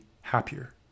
happier